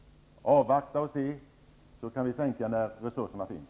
Avvakta och se, och sedan kan vi göra en sänkning när resurserna finns.